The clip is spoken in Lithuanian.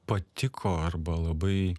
patiko arba labai